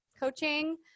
coaching